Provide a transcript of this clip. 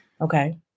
Okay